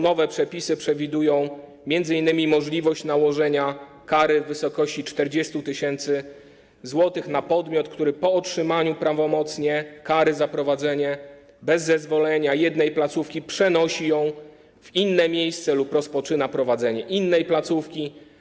Nowe przepisy przewidują m.in. możliwość nałożenia kary w wysokości 40 tys. zł na podmiot, który po otrzymaniu prawomocnie kary za prowadzenie bez zezwolenia jednej placówki przenosi ją w inne miejsce lub rozpoczyna prowadzenie innej placówki.